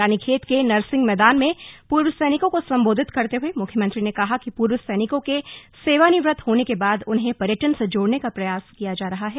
रानीखेत के नरसिंह मैदान में पूर्व सैनिकों को संबोधित करते हुए मुख्यमंत्री ने कहा कि पूर्व सैनिको के सेवानिवृत्त होने के बाद उन्हें पर्यटन से जोडने का प्रयास किया जा रहा है